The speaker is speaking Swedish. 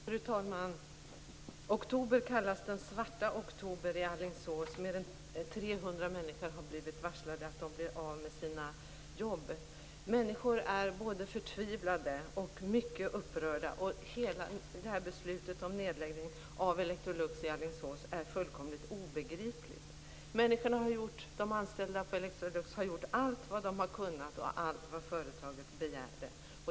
Fru talman! Oktober kallas den svarta oktober i Alingsås. Mer än 300 människor har blivit varslade om att de blir av med sina jobb. Människor är både förtvivlade och mycket upprörda. Hela beslutet om nedläggning av Electrolux i Alingsås är fullkomligt obegripligt. De anställda på Electrolux har gjort allt vad de har kunnat och allt vad företaget begärde.